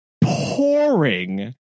pouring